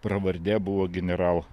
pravardė buvo general